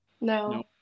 No